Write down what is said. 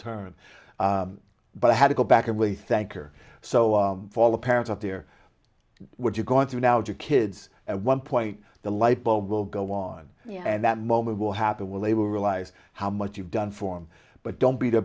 term but i had to go back and we thank her so follow parents out there what you're going through now your kids at one point the light bulb will go on and that moment will happen will they will realize how much you've done for him but don't be